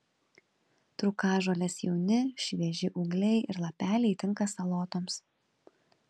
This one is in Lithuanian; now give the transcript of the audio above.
trūkažolės jauni švieži ūgliai ir lapeliai tinka salotoms